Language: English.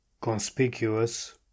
conspicuous